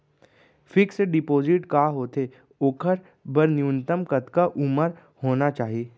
Fix deposit का होथे ओखर बर न्यूनतम कतका उमर होना चाहि?